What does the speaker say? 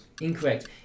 Incorrect